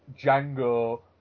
Django